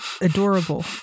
adorable